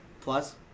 Plus